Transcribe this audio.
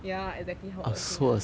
ya exactly 好恶心 ah